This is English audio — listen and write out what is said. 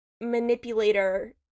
manipulator